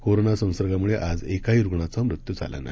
corona संसर्गामुळे आज एकाही रूग्णाचा मृत्यू झाला नाही